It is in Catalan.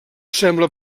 sembla